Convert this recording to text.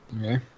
Okay